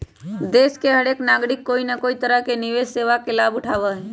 देश के हर नागरिक कोई न कोई तरह से निवेश सेवा के लाभ उठावा हई